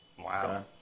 Wow